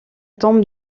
tombe